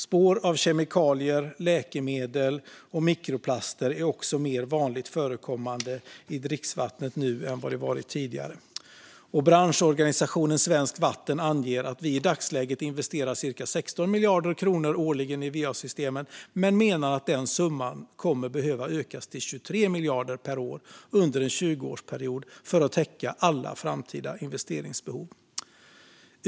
Spår av kemikalier, läkemedel och mikroplaster är också mer vanligt förekommande i dricksvattnet nu än tidigare. Branschorganisationen Svenskt Vatten anger att vi i dagsläget investerar cirka 16 miljarder kronor årligen i va-systemen, men man menar att den summan kommer att behöva ökas till 23 miljarder per år under en tjugoårsperiod för att täcka alla framtida investeringsbehov.